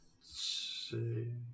say